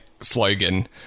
slogan